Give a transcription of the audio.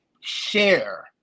share